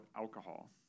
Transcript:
alcohol